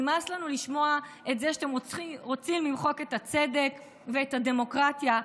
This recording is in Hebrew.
נמאס לנו לשמוע את זה שאתם רוצים למחוק את הצדק ואת הדמוקרטיה,